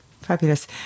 fabulous